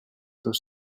dos